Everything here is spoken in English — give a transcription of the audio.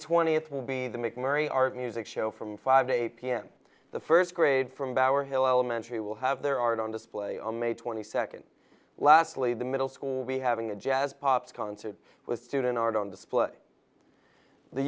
twentieth will be the mcnairy art music show from five to eight p m the first grade from bower hill elementary will have their art on display on may twenty second lastly the middle school we having a jazz pop concert with student art on display the